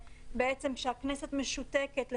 כשהכנסת משותקת,